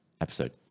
episode